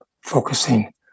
focusing